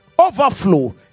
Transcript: Overflow